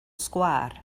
sgwâr